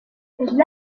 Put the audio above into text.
elle